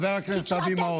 חבר הכנסת אבי מעוז.